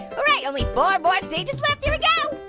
alright, only four more stages left, here we go.